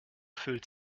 fühlt